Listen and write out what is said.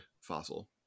fossil